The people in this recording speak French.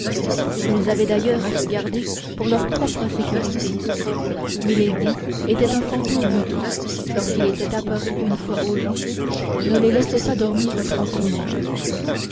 ils avaient d'ailleurs à se garder pour leur propre sûreté milady était un fantôme qui lorsqu'il était apparu une fois aux gens ne les laissait pas dormir tranquillement